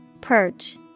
Perch